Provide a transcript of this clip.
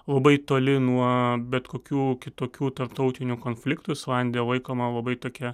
labai toli nuo bet kokių kitokių tarptautinių konfliktų islandija laikoma labai tokia